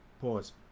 Pause